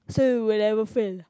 so when I'm a fan